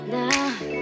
now